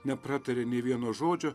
nepratarė nė vieno žodžio